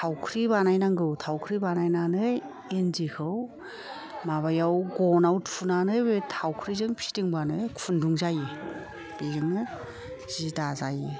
थावख्रि बानायनांगौ थावख्रि बानायनानै इन्दिखौ माबायाव गनाव थुनानै बे थावख्रिजों फिदिंबानो खुन्दुं जायो बेनो जि दाजायो